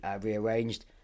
rearranged